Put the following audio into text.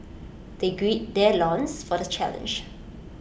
they gird their loins for the challenge